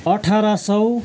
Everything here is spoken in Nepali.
अठार सय